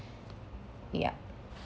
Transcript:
yup